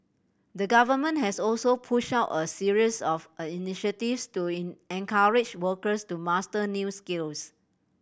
the Government has also pushed out a series of a initiatives to in encourage workers to master new skills